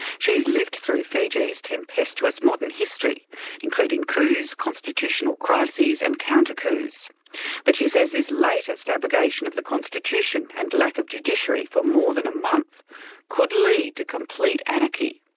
she has lived through fiji's tempestuous modern history including coups, constitutional crises and counter-coups. but she says this latest abrogation of the constitution constitution and lack of judiciary for more than a month could lead to complete anarchy.